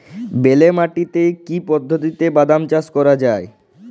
বেলে মাটিতে কি পদ্ধতিতে বাদাম চাষ করা যায়?